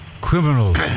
Criminals